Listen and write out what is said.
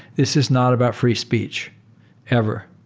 this is not about free speech ever.